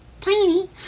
tiny